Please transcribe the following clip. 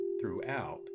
throughout